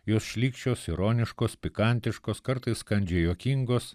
jos šlykščios ironiškos pikantiškos kartais kandžiai juokingos